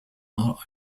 nur